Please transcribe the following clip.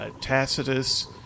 Tacitus